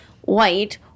white